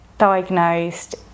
diagnosed